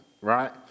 right